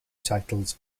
titles